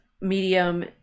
medium